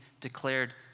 declared